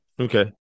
Okay